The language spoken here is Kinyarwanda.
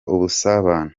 ubusabane